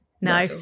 No